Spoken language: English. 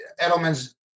Edelman's